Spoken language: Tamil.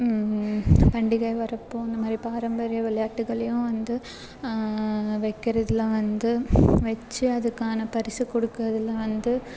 பண்டிகை வரப்போ அந்த மாதிரி பாரம்பரிய விளையாட்டுகளையும் வந்து வைக்கிறதில் வந்து வச்சி அதுக்கான பரிசு கொடுக்கறதுல வந்து